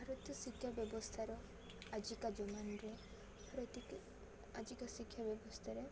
ଭାରତୀୟ ଶିକ୍ଷା ବ୍ୟବସ୍ଥାର ଆଜିକା ଜମାନାରେ ପ୍ରତ୍ୟେକ ଆଜିକା ଶିକ୍ଷା ବ୍ୟବସ୍ଥାରେ